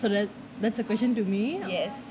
so that's that's your question to me